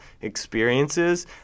experiences